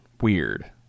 weird